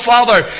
Father